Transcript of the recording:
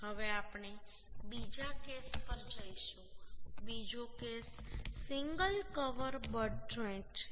હવે આપણે બીજા કેસ પર જઈશું બીજો case single cover but joint છે